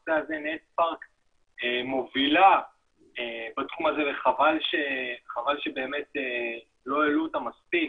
בנושא הזה --- מובילה בתחום הזה וחבל שבאמת לא העלו אותה מספיק,